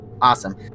Awesome